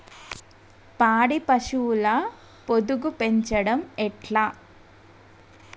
పాడి పశువుల పొదుగు పెంచడం ఎట్లా?